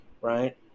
right